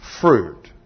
fruit